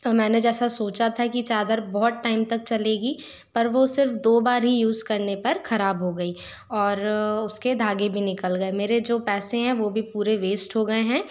मैंने जैसे सोचा था कि चादर बहुत टाइम तक चलेगी पर वो सिर्फ दो बार ही युज़ करने पर खराब हो गई और उसके धागे भी निकल गए मेरे जो पैसे हैं वो भी पूरे वेस्ट हो गए हैं